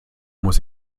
muss